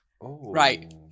Right